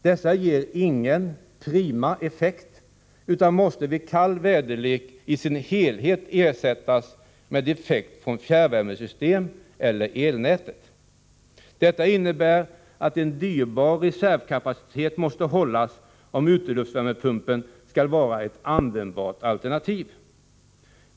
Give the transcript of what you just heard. Dessa ger ingen ”prima” effekt utan måste vid kall väderlek i sin helhet ersättas med effekt från fjärrvärmesystemet eller elnätet. Detta innebär att en dyrbar reservkapacitet måste hållas om uteluftsvärmepumpen skall vara ett användbart alternativ.